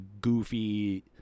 goofy